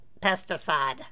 pesticide